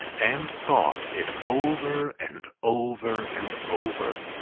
and thought it over and over and over,